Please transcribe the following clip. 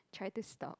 try to stop